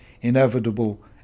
inevitable